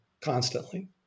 constantly